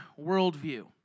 worldview